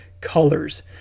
colors